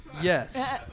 Yes